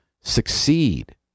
succeed